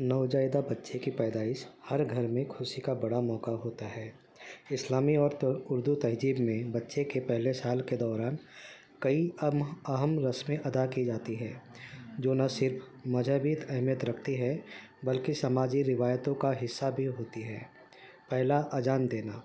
نوزائیدہ بچے کی پیدائش ہر گھر میں خوشی کا بڑا موقع ہوتا ہے اسلامی اور اردو تہذیب میں بچے کے پہلے سال کے دوران کئی ام اہم رسمیں ادا کی جاتی ہے جو نہ صرف مذہبی اہمیت رکھتی ہے بلکہ سماجی روایتوں کا حصہ بھی ہوتی ہے پہلا ازان دینا